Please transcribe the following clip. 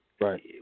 Right